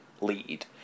lead